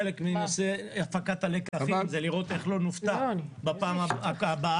חלק מנושא הפקת הלקחים זה לראות איך לא נופתע בפעם הבאה,